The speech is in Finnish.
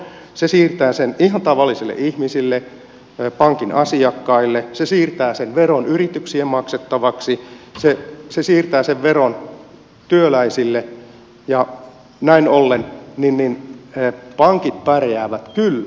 se siirtää sen ihan tavallisille ihmisille pankin asiakkaille se siirtää sen veron yrityksien maksettavaksi se siirtää sen veron työläisille ja näin ollen pankit pärjäävät kyllä